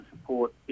support